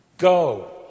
Go